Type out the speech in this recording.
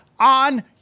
On